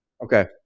Okay